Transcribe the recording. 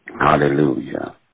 Hallelujah